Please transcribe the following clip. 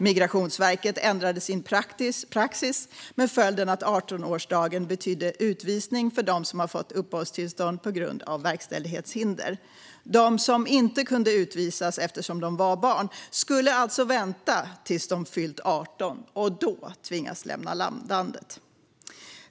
Migrationsverket ändrade sin praxis med följden att 18-årsdagen betydde utvisning för dem som fått uppehållstillstånd på grund av verkställighetshinder. De som inte kunde utvisas eftersom de var barn skulle alltså få vänta tills de fyllt 18 och då tvingas lämna landet.